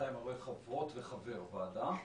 בינתיים אני רואה רק חברות וחבר אחד בוועדה.